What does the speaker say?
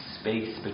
space